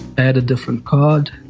add a different card,